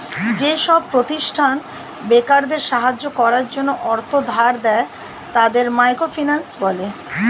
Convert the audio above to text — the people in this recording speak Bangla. যেসব প্রতিষ্ঠান বেকারদের সাহায্য করার জন্য অর্থ ধার দেয়, তাকে মাইক্রো ফিন্যান্স বলে